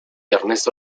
ernesto